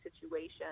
situation